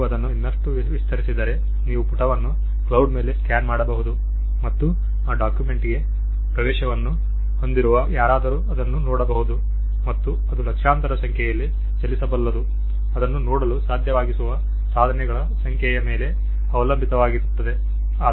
ನೀವು ಅದನ್ನು ಇನ್ನಷ್ಟು ವಿಸ್ತರಿಸಿದರೆ ನೀವು ಪುಟವನ್ನು ಕ್ಲೌಡ್ ಮೇಲೆ ಸ್ಕ್ಯಾನ್ ಮಾಡಬಹುದು ಮತ್ತು ಆ ಡಾಕ್ಯುಮೆಂಟ್ಗೆ ಪ್ರವೇಶವನ್ನು ಹೊಂದಿರುವ ಯಾರಾದರೂ ಅದನ್ನು ನೋಡಬಹುದು ಮತ್ತು ಅದು ಲಕ್ಷಾಂತರ ಸಂಖ್ಯೆಯಲ್ಲಿ ಚಲಿಸಬಲ್ಲದು ಅದನ್ನು ನೋಡಲು ಸಾಧ್ಯವಾಗಿಸುವ ಸಾಧನೆಗಳ ಸಂಖ್ಯೆಯ ಮೇಲೆ ಅವಲಂಬಿತವಾಗಿರುತ್ತದೆ